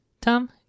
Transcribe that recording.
Tom